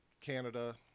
Canada